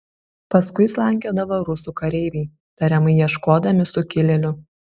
paskui slankiodavo rusų kareiviai tariamai ieškodami sukilėlių